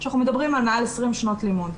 שאנחנו מדברים על מעל 20 שנות לימוד.